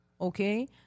Okay